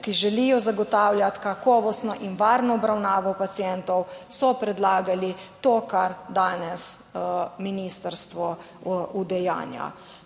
ki želijo zagotavljati kakovostno in varno obravnavo pacientov, so predlagali to, kar danes ministrstvo udejanja.